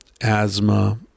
asthma